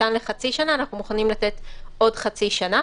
ניתן לחצי שנה אנחנו מוכנים לתת עוד חצי שנה.